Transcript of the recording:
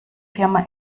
firma